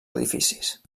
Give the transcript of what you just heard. edificis